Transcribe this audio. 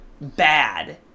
bad